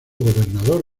gobernador